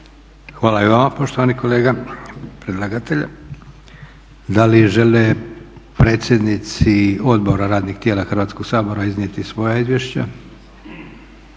Hvala i vama poštovani kolega u ime predlagatelja. Da li žele predsjednici odbora radnih tijela Hrvatskoga sabora iznijeti svoja izvješća?